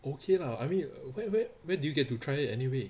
okay lah I mean where where where do you get to try it anyway